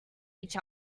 each